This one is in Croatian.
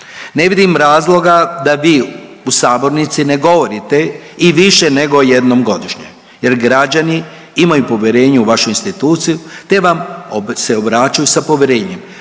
Ne vidim razloga da vi u sabornici ne govorite i više nego jednom godišnje jer građani imaju povjerenje u vašu instituciju, te vam se obraćaju sa povjerenjem,